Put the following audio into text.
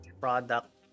product